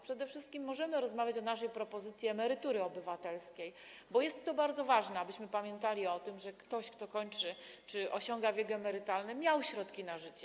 Przede wszystkim możemy rozmawiać o naszej propozycji emerytury obywatelskiej, bo jest to bardzo ważne, abyśmy pamiętali o tym, żeby ktoś, kto osiąga wiek emerytalny, miał środki na życie.